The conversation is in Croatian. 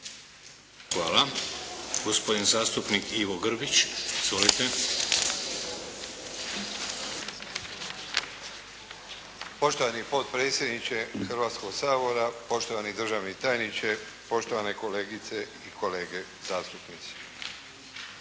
Hvala. Gospodin zastupnik Ivo Grbić. Izvolite. **Grbić, Ivo (HDZ)** Poštovani potpredsjedniče Hrvatskoga sabora, poštovani državni tajniče, poštovane kolegice i kolege zastupnici.